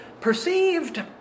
perceived